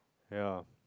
ya